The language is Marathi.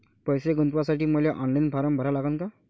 पैसे गुंतवासाठी मले ऑनलाईन फारम भरा लागन का?